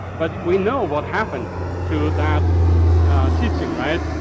but we know what happened to that teaching, right?